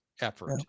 effort